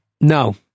No